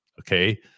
okay